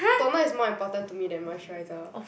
toner is more important to me than moisturizer